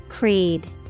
Creed